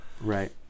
Right